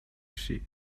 sih